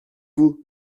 vous